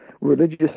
religious